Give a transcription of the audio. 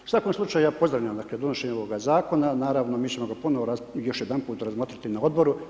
U svakom slučaju, ja pozdravljam donošenje ovoga zakona, naravno mi ćemo ga ponovo još jedanput razmotriti na odboru.